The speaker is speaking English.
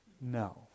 no